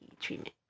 Treatment